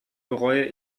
bereue